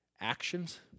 actions